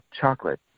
chocolate